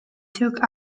took